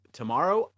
tomorrow